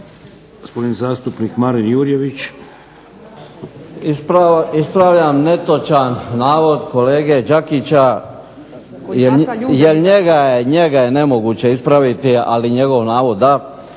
gospodin zastupnik Marin Jurjević. **Jurjević, Marin (SDP)** Ispravljam netočan navod kolege Đakića, jer njega je nemoguće ispraviti, ali njegov navod da,